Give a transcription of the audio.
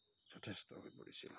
যথেষ্ট হৈ পৰিছিল